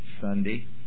Sunday